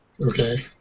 Okay